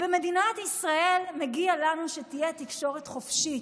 במדינת ישראל מגיע לנו שתהיה תקשורת חופשית,